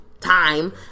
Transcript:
time